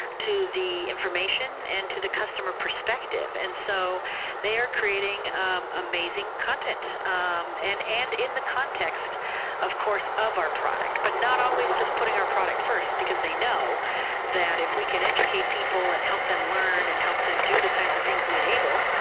to the information, and to the customer perspective, and so they are creating amazing content and and in the context of course of our product, but not always just putting our products first. they know that if we can educate people and help them learn, and help them do the kinds of things we enable,